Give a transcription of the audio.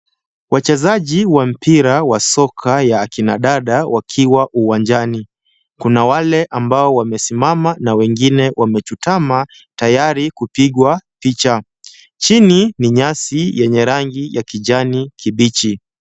Wachezaji wa mpira wa soka ya akina dada wakiwa uwanjani, Kuna wale ambao wamesimama na wengine wamechutamaa tayari kupigwa picha. Chini ni nyasi yenye rangi ya kijani kibichi.